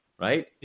Right